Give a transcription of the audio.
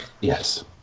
Yes